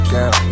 Girl